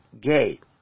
gate